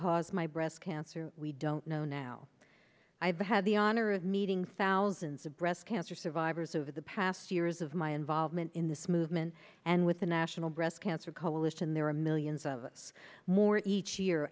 caused my breast cancer we don't know now i've had the honor of meeting thousands of breast cancer survivors over the past years of my involvement in this movement and with the national breast cancer coalition there are millions of us more each year